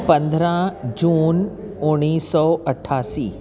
पंद्राहं जून उणिवीह सौ अठासीं